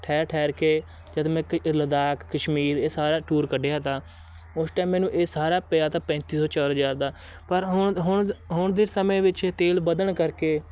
ਠਹਿਰ ਠਹਿਰ ਕੇ ਜਦੋਂ ਮੈਂ ਕ ਲੱਦਾਖ ਕਸ਼ਮੀਰ ਇਹ ਸਾਰਾ ਟੂਰ ਕੱਢਿਆ ਤਾ ਉਸ ਟਾਈਮ ਮੈਨੂੰ ਇਹ ਸਾਰਾ ਪਿਆ ਤਾ ਪੈਂਤੀ ਸੌ ਚਾਰ ਹਜ਼ਾਰ ਦਾ ਪਰ ਹੁਣ ਹੁਣ ਹੁਣ ਦੇ ਸਮੇਂ ਵਿੱਚ ਤੇਲ ਵਧਣ ਕਰਕੇ